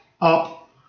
up